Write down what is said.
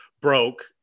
broke